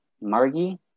Margie